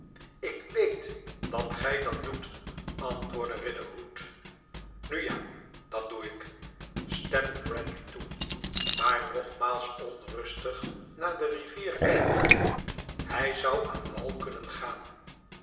lik weet dat gij dat doet antwoordde riderhood nu ja dat doe ik stemde bradley toe i maar nogmaals onrustig naar de rivier kijkende ihij zou aan wal kunnen gaan